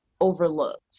overlooked